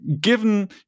Given